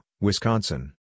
Wisconsin